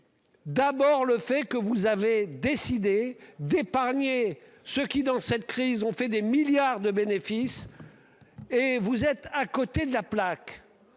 D'abord le fait que vous avez décidé d'épargner ce qui dans cette crise, on fait des milliards de bénéfices. Et vous êtes à côté de la plaque.